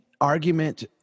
argument